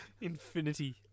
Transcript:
Infinity